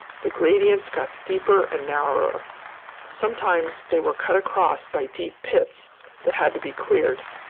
the gradients got steeper and narrower. sometimes they were cut across by deep pits that had to be cleared.